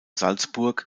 salzburg